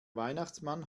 weihnachtsmann